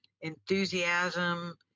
enthusiasm